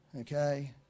Okay